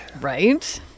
Right